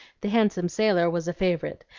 the handsome sailor was a favorite,